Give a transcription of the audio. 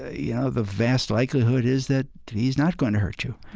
yeah the vast likelihood is that he's not going to hurt you.